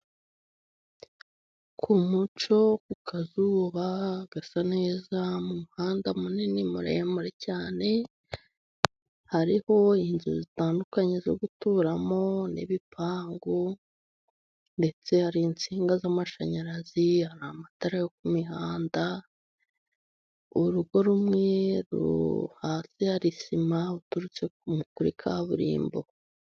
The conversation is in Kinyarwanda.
Ku mucyo, ku kazuba gasa neza, mu muhanda munini muremure cyane. Hariho inzu zitandukanye zo guturamo n'ibipangu. Ndetse hari insinga z'amashanyarazi, hari amatara yo ku mihanda. Urugo rumwe hanze hari sima uturutse kuri kaburimbo.